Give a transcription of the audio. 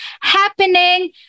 happening